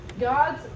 God's